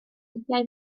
tybiai